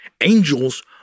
angels